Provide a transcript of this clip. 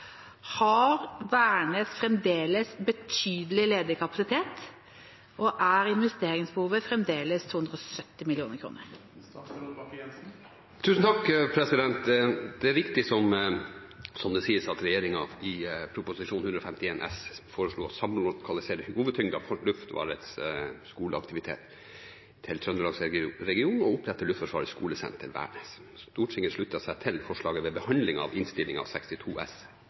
Har Værnes fremdeles «betydelig ledig kapasitet», og er investeringsbehovet fremdeles 270 mill. kr?» Det er riktig, som det sies, at regjeringen i Prop. 151 S for 2015–2016 foreslo å samlokalisere hovedtyngden av Luftforsvarets skoleaktivitet til Trøndelags-regionen og å opprette Luftforsvarets skolesenter Værnes. Stortinget sluttet seg til forslaget ved behandlingen av Innst. 62 S